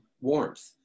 warmth